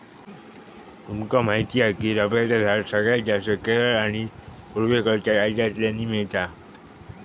तुमका माहीत हा की रबरचा झाड सगळ्यात जास्तं केरळ आणि उत्तर पुर्वेकडच्या राज्यांतल्यानी मिळता